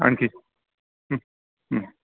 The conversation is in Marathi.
आणखी